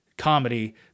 comedy